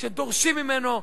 כשדורשים ממנו,